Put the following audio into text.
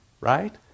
right